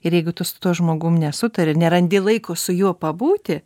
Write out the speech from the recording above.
ir jeigu tu su tuo žmogum nesutari nerandi laiko su juo pabūti